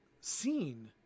seen